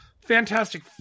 Fantastic